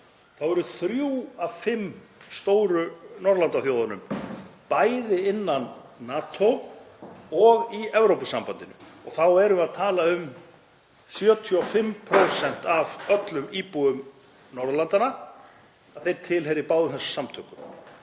þá eru þrjár af fimm stóru Norðurlandaþjóðunum bæði í NATO og Evrópusambandinu. Þá erum við að tala um að 75% af öllum íbúum Norðurlandanna tilheyri báðum þessum samtökum.